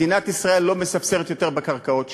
מדינת ישראל לא מספסרת יותר בקרקעות שלה.